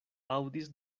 aŭdis